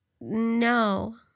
No